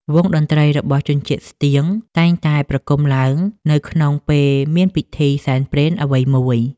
វង់តន្ដ្រីរបស់ជនជាតិស្ទៀង តែងតែប្រគំឡើងនៅក្នុងពេលមានពិធីសែនព្រេនអ្វីមួយ។